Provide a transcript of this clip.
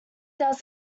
does